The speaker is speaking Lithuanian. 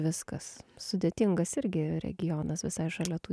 viskas sudėtingas irgi regionas visai šalia tų